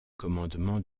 commandement